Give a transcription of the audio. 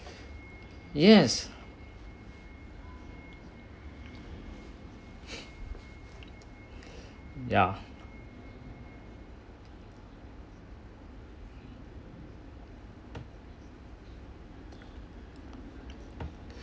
yes ya